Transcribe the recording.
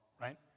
right